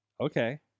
Okay